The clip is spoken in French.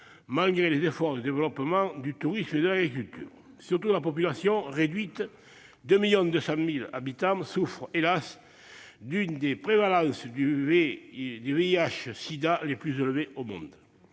malgré des efforts de développement du tourisme et de l'agriculture. Surtout, la population réduite- 2,2 millions d'habitants -souffre, hélas, d'une des prévalences du VIH sida les plus élevées au monde.